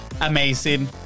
amazing